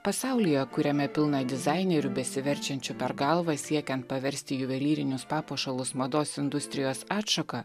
pasaulyje kuriame pilna dizainerių besiverčiančių per galvą siekiant paversti juvelyrinius papuošalus mados industrijos atšaka